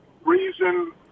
reason